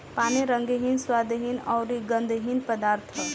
पानी रंगहीन, स्वादहीन अउरी गंधहीन पदार्थ ह